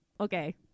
Okay